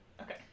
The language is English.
Okay